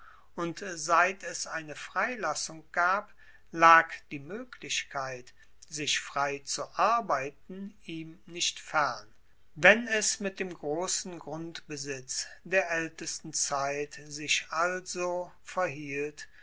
und seit es eine freilassung gab lag die moeglichkeit sich frei zu arbeiten ihm nicht fern wenn es mit dem grossen grundbesitz der aeltesten zeit sich also verhielt